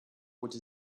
which